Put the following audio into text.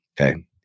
Okay